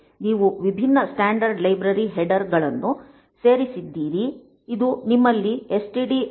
ನೀವು ವಿಭಿನ್ನ standard library header ಗಳನ್ನು ಸೇರಿಸಿದ್ದೀರಿ ಇದು ನಮ್ಮಲ್ಲಿ ಎಸ್ಟಿಡಐಓ